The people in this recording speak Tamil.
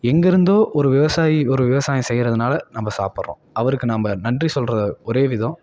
எங்கேருந்தோ ஒரு விவசாயி ஒரு விவசாயம் செய்கிறதுனால நம்ம சாப்பிட்றோம் அவருக்கு நாம்ம நன்றி சொல்கிற ஒரே விதம்